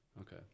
Okay